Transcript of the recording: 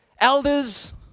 elders